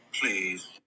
please